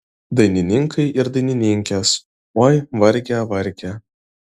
dainininkai ir dainininkės oi varge varge